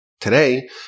today